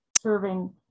serving